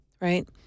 right